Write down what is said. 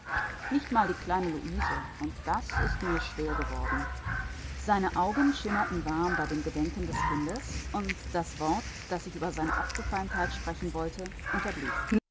nicht mal die kleine luise und das ist mir schwer geworden seine augen schimmerten warm bei dem gedenken des kindes und das wort das ich über seine abgefeimtheit sprechen wollte unterblieb